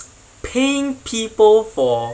paying people for